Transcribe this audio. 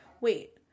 wait